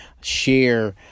share